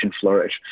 flourish